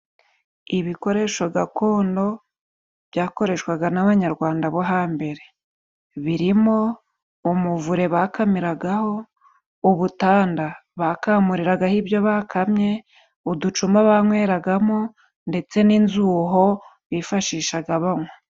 Ibikoresho gakondo byakoreshwaga n'abanyarwanda bo hambere birimo, umuvure bakamiragaho ubutanda bakamuriragaho ibyo bakamye, uducuma banyweragamo ndetse n'inzuho bifashishaga banwa.